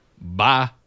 bye